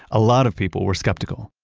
a lot of people were skeptical,